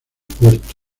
puerto